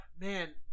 man